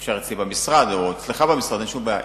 ואפשר אצלי במשרד או אצלך במשרד, אין שום בעיה.